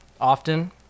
often